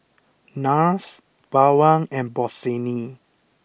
Nars Bawang and Bossini